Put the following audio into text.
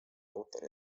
autori